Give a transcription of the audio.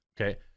okay